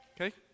Okay